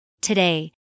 Today